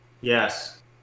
Yes